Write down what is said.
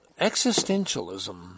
Existentialism